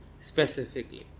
specifically